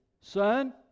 Son